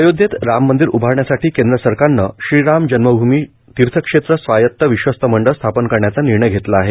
अयोध्येत राम मंदीर उभारण्यासाठी केंद्र सरकारनं श्रीराम जन्मभमी तीर्थक्षेत्र स्वायत्त विश्वस्त मंडळ स्थापन करण्याचा निर्णय घेतला आहे